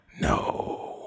no